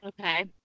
Okay